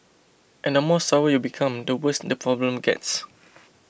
and more sour you become the worse the problem gets